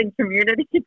community